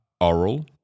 oral